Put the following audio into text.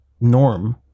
norm